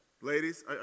Ladies